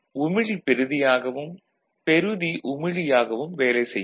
உமிழி பெறுதியாகவும் பெறுதி உமிழியாகவும் வேலை செய்யும்